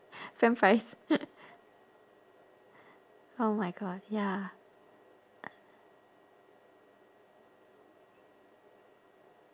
french fries oh my god ya